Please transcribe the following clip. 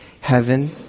heaven